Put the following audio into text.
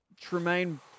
Tremaine